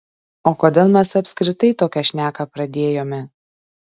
o kodėl mes apskritai tokią šneką pradėjome